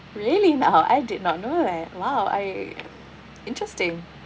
really not I did not know that !wow! I interesting